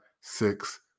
six